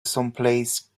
someplace